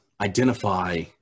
identify